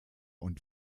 und